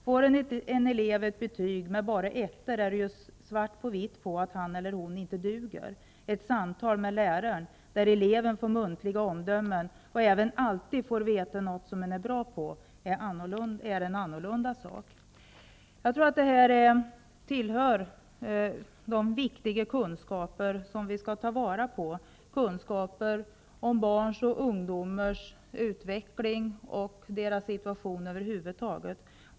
Får en elev ett betyg med bara ettor är det ju svart på vitt på att han eller hon inte duger -. Ett samtal med läraren där eleven får muntliga omdömen och även alltid får veta något man är bra på är en annorlunda sak.'' Jag tycker att det här är viktiga kunskaper som vi skall ta vara på, kunskaper om barns och ungdomars utveckling och deras situation över huvud taget.